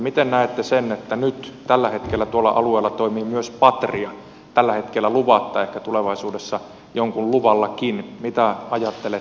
miten näette sen että nyt tuolla alueella toimii myös patria tällä hetkellä luvatta ehkä tulevaisuudessa jonkun luvallakin mitä ajattelette tästä